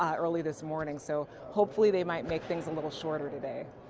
ah early this morning. so hopefully, they might make things a little sore today.